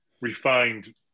refined